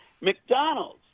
McDonald's